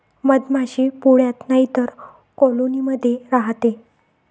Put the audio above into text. मधमाशी पोळ्यात नाहीतर कॉलोनी मध्ये राहते